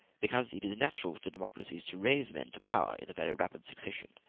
because it is natural to democracies to raise men to power in very rapid succession.